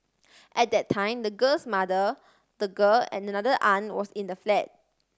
at that time the girl's mother the girl and another aunt was in the flat